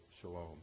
shalom